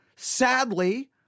sadly